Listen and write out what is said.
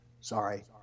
Sorry